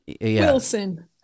Wilson